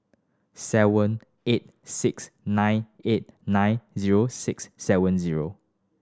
seven eight six nine eight nine zero six seven zero